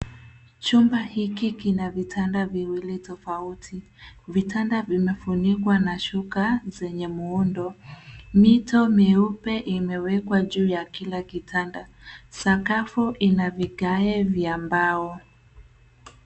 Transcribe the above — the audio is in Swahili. Chumba hiki kina vitanda viwili tofauti. Vitanda vimefunikwa na shuka zenye muundo. Mito mieupe imewekwa juu ya kila kitanda. Sakafu ina vigae vya mbao.